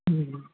हूँ